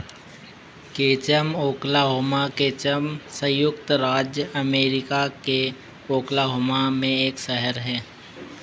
Ketchum Oklahoma Ketchum संयुक्त राज्य America के ओकलाहोमा में एक शहर है